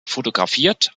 fotografiert